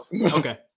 okay